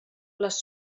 les